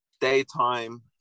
daytime